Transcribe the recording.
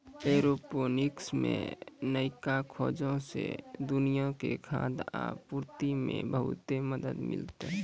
aeroponics मे नयका खोजो से दुनिया के खाद्य आपूर्ति मे बहुते मदत मिलतै